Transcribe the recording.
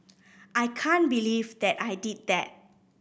I can't believe that I did that